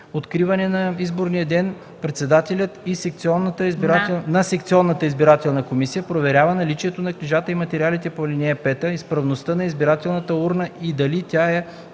откриване на изборния ден председателят на секционната избирателна комисия проверява наличието на книжата и материалите по ал. 5, изправността на избирателната урна и дали тя е